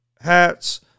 hats